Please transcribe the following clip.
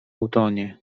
utonie